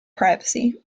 privacy